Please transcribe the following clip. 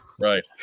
Right